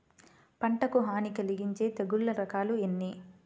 పంటకు హాని కలిగించే తెగుళ్ళ రకాలు ఎన్ని?